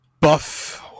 buff